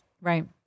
right